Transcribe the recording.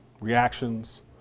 reactions